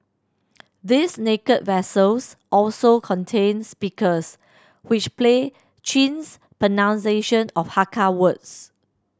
these naked vessels also contain speakers which play Chin's pronunciation of Hakka words